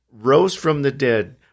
rose-from-the-dead